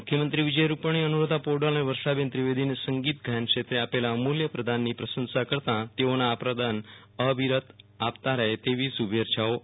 મુખ્યમંત્રીશ્રી વિજય રૂપાણીએ અનુરાધા પોંડવાલ અને વર્ષાબફેન ત્રિવેદીએ સંગીત ગાયન ક્ષેત્રે આપેલા અમૂલ્ય પ્રદાનની પ્રસંશા કરતાં તેઓ આ પ્રદાન અવિરત આપતાં રહે તેવી શુભેચ્છાઓ આપી હતી